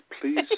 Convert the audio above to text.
Please